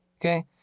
okay